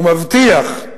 ומבטיח,